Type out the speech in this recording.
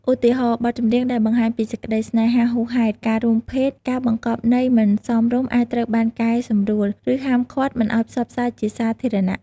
ឧទាហរណ៍ បទចម្រៀងដែលបង្ហាញពីសេចក្តីស្នេហាហួសហេតុ ការរួមភេទ ឬបង្កប់ន័យមិនសមរម្យអាចត្រូវបានកែសម្រួល ឬហាមឃាត់មិនឱ្យផ្សព្វផ្សាយជាសាធារណៈ។